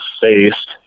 faced